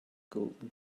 golden